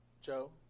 Joe